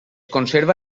conserva